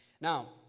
Now